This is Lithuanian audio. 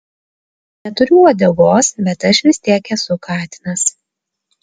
neturiu uodegos bet aš vis tiek esu katinas